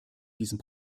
diesem